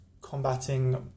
combating